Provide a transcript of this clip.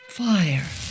fire